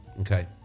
okay